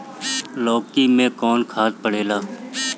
लौकी में कौन खाद पड़ेला?